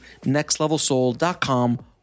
nextlevelsoul.com